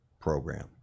program